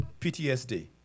PTSD